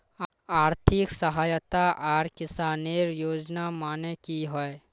आर्थिक सहायता आर किसानेर योजना माने की होय?